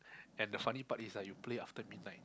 and the funny part is ah you play after midnight